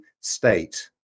state